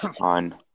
on